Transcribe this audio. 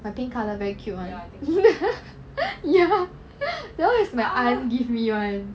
my pink colour very cute [one] ya that one is my aunt give me [one]